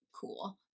cool